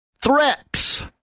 Threats